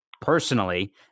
personally